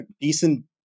decent